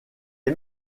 est